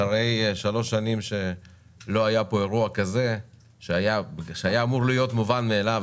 אחרי שלוש שנים שלא היה פה אירוע כזה שהיה אמור להיות מובן מאליו